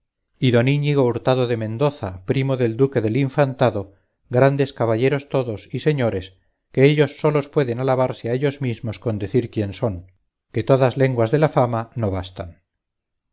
iñigo hurtado de mendoza primo del duque del infantado grandes caballeros todos y señores que ellos solos pueden alabarse a ellos mismos con decir quién son que todas lenguas de la fama no bastan